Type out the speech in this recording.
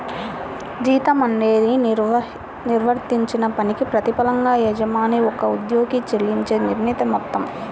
జీతం అనేది నిర్వర్తించిన పనికి ప్రతిఫలంగా యజమాని ఒక ఉద్యోగికి చెల్లించే నిర్ణీత మొత్తం